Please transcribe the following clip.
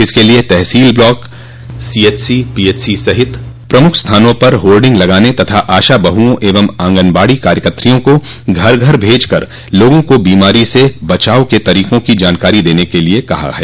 इसके लिए tehsil block collectorate CHC PHC सहित प्रमुख स्थानों पर होर्डिंग लगाने तथा आशा बहुओं एवं ऑगनबाड़ी कार्यकत्रियों को घर घर भेज कर लोगों को बीमारी से बचाव के तरीकों की जानकारी देने के लिए कहा है